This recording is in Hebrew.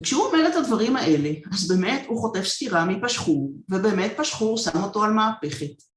כשהוא עומד את הדברים האלה, אז באמת הוא חוטף סטירה מפשחור, ובאמת פשחור שם אותו על מהפכת.